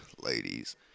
ladies